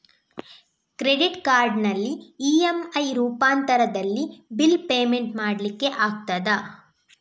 Credit ಕಾರ್ಡಿನಲ್ಲಿ EMI ರೂಪಾಂತರದಲ್ಲಿ bill payment ಮಾಡ್ಲಿಕ್ಕೆ ಆಗ್ತದ?